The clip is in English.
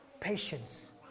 patience